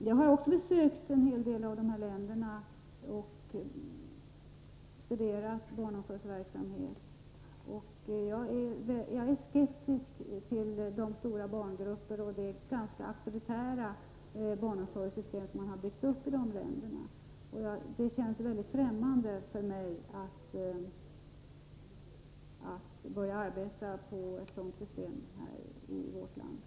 Jag har besökt en hel del av de länder som nämnts här och studerat barnomsorgsverksamhet, och jag är skeptisk till de stora barngrupper och det ganska auktoritära barnomsorgssystem som man byggt upp i de länderna. Det skulle kännas väldigt ffrämmande för mig att börja arbeta på ett sådant system i vårt land.